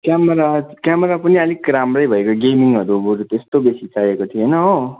camera camera पनि अलिक राम्रै भएको गेमिङहरू बरू त्यस्तो बेसी चाहिएको थिएन हो